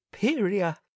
superior